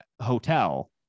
hotel